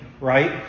right